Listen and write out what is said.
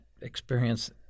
experience